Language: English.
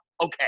okay